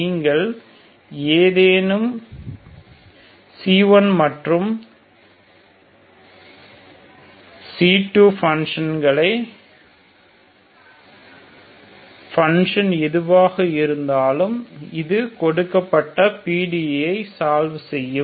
நீங்கள் ஏதேனும் C1 மற்றும் C2 ஃபங்ஷன்களை ஃபங்ஷன் எதுவாக இருந்தாலும் இது கொடுக்கப்பட்ட PDE ஐ சால்வ் செய்யும்